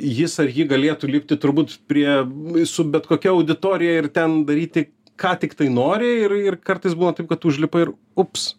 jis ar ji galėtų likti turbūt prie su bet kokia auditorija ir ten daryti ką tiktai nori ir ir kartais buvo taip kad užlipa ir ups